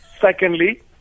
Secondly